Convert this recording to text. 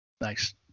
Nice